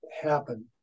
happen